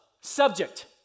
subject